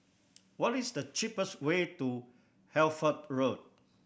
what is the cheapest way to Hertford Road